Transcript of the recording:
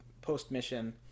post-mission